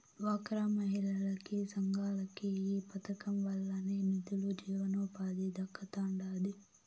డ్వాక్రా మహిళలకి, సంఘాలకి ఈ పదకం వల్లనే నిదులు, జీవనోపాధి దక్కతండాడి